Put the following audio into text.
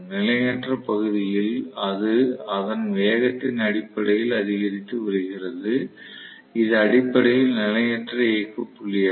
நிலையற்ற பகுதியில் அது அதன் வேகத்தின் அடிப்படையில் அதிகரித்து வருகிறது இது அடிப்படையில் நிலையற்ற இயக்க புள்ளியாகும்